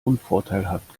unvorteilhaft